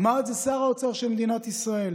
אמר את זה שר האוצר של מדינת ישראל,